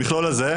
המכלול הזה,